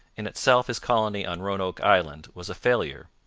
in itself his colony on roanoke island was a failure,